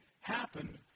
happen